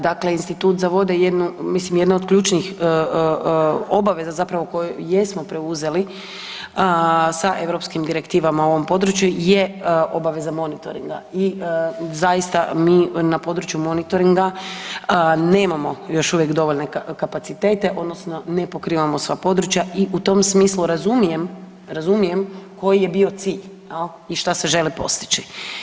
Dakle institut za vode je mislim jedno od ključnih obaveza zapravo koju jesmo preuzeli sa europskim direktivama u ovom području je obaveza monitorniga i zaista mi na području monitoringa nemamo još uvijek dovoljne kapacitete odnosno ne pokrivamo sva područja i u tom smislu razumijem koji je bio cilj jel, i šta se želi postići.